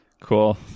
Cool